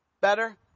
better